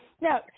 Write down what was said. No